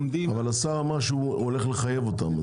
אבל השר אמר שהוא עומד לחייב אותם.